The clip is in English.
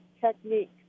technique